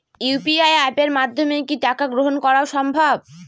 UPI অ্যাপের মাধ্যমে কি টাকা গ্রহণ করাও সম্ভব?